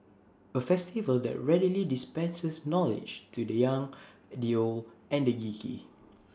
A festival that readily dispenses knowledge to the young the old and the geeky